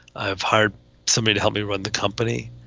i've hired somebody to help me run the company.